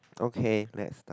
okay let's start